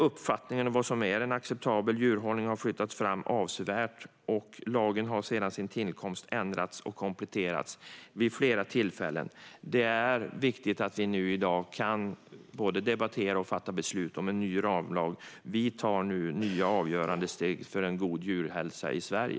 Uppfattningen om vad som är en acceptabel djurhållning har flyttats fram avsevärt, och lagen har sedan sin tillkomst ändrats och kompletterats vid flera tillfällen. Det är viktigt att vi i dag både kan debattera och fatta beslut om en ny ramlag. Vi tar nu nya, avgörande steg för en god djurhälsa i Sverige.